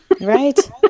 Right